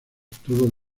tuvo